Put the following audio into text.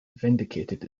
vindicated